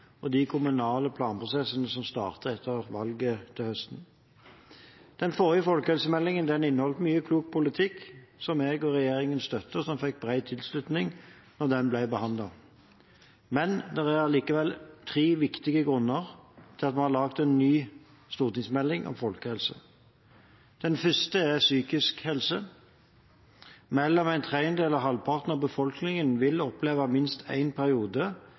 og de kommunale planprosessene som starter etter valget til høsten. Den forrige folkehelsemeldingen inneholder mye klok politikk som jeg og regjeringen støtter, og som fikk bred tilslutning da den ble behandlet. Men det er likevel tre viktige grunner til at vi har laget en ny stortingsmelding om folkehelse. Den første er psykisk helse: Mellom en tredjedel og halvparten av befolkningen vil oppleve minst én periode med en